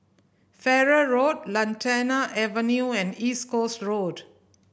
Farrer Road Lantana Avenue and East Coast Road